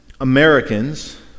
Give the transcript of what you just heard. Americans